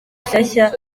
nshyashya